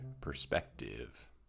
perspective